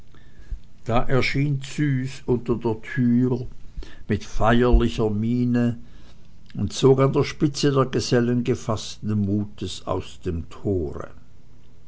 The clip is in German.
da erschien züs unter der türe mit feierlicher miene und zog an der spitze der gesellen gefaßten mutes aus dem tore